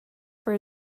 for